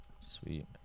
sweet